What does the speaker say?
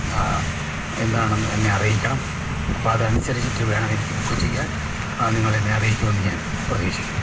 ആ എന്താണെന്ന് എന്നെ അറിയിക്കണം അപ്പോൾ അതനുസരിച്ചിട്ട് വേണം എനിക്ക് ബുക്ക് ചെയ്യാൻ നിങ്ങളെന്നെ അറിയിക്കുമെന്ന് ഞാൻ പ്രതീക്ഷിക്കുന്നു